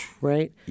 right